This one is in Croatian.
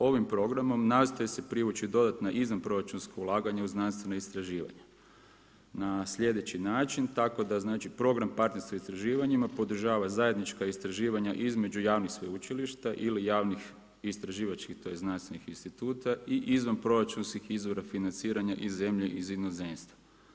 Ovim programom nastoji se privući dodatna izvanproračunska ulaganja u znanstvena istraživanja na sljedeći način, tako da znači Program partnerstvo i istraživanje podržava zajednička istraživanja između javnih sveučilišta ili javnih istraživačkih tj. znanstvenih instituta i izvanproračunskih izvora financiranja iz zemlje, iz inozemstva.